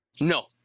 No